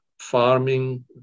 farming